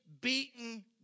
Beaten